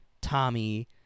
Tommy